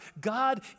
God